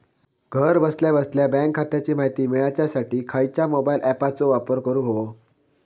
घरा बसल्या बसल्या बँक खात्याची माहिती मिळाच्यासाठी खायच्या मोबाईल ॲपाचो वापर करूक होयो?